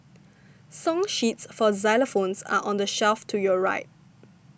song sheets for xylophones are on the shelf to your right